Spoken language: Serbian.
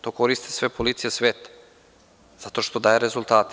To koriste sve policije sveta, zato što daje rezultate.